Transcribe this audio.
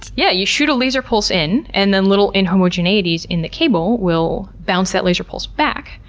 yeah you shoot a laser pulse in and then little inhomogeneities in the cable will bounce that laser pulse back,